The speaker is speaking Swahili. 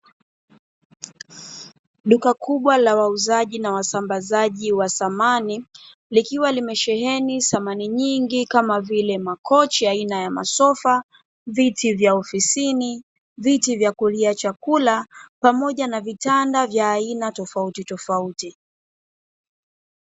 Duka kubwa la wauzaji na wasambazaji wa samani, likiwa limesheheni samani nyingi kama vile: makochi aina ya masofa, viti vya ofisini, viti vya kulia chakula pamoja na vitanda vya aina tofautitofauti.